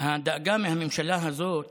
שהדאגה מהממשלה הזאת